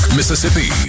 Mississippi